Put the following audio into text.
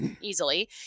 easily